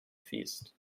feast